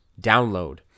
download